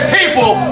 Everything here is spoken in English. people